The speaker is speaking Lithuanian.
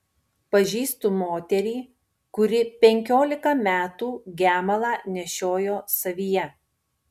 pažįstu moterį kuri penkiolika metų gemalą nešiojo savyje